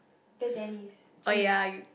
play tennis gym